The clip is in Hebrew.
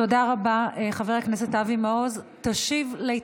תודה רבה, חבר הכנסת אבי מעוז.